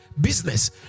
business